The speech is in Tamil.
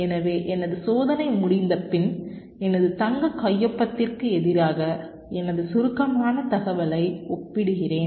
எனவே எனது சோதனை முடிந்தபின் எனது தங்க கையொப்பத்திற்கு எதிராக எனது சுருக்கமான தகவல்களை ஒப்பிடுகிறேன்